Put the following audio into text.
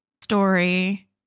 story